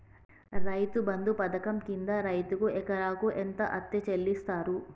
రైతు బంధు పథకం కింద రైతుకు ఎకరాకు ఎంత అత్తే చెల్లిస్తరు?